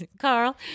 Carl